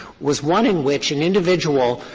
was one in which an individual,